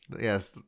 Yes